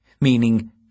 meaning